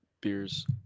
beers